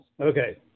Okay